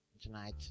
Tonight